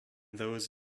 those